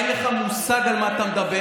אין לך מושג על מה אתה מדבר.